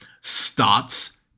stops